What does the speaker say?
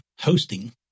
hosting